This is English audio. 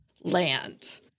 land